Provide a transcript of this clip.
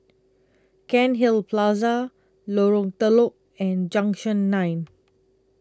Cairnhill Plaza Lorong Telok and Junction nine